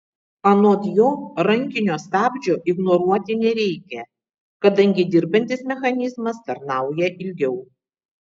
anot jo rankinio stabdžio ignoruoti nereikia kadangi dirbantis mechanizmas tarnauja ilgiau